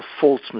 false